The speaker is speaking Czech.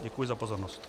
Děkuji za pozornost.